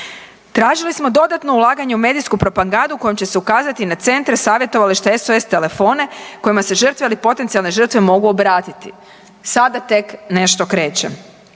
Tražili smo dodatno ulaganje u medijsku propagandu kojom će se ukazati na centre, savjetovališta, SOS telefone kojima se žrtve ili potencijalne žrtve mogu obratiti. Sada tek nešto kreće.